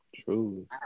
True